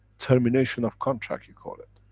termination of contract, you call it.